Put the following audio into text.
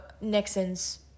Nixon's